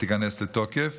תיכנס לתוקף.